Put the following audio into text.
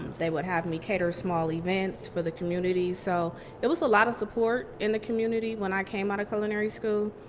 they would have me cater small events for the community. so it was a lot of support in the community when i came out of culinary school,